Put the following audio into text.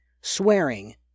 swearing